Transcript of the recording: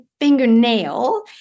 fingernail